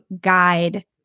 guide